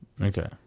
okay